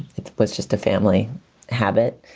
it was just a family habit.